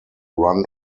run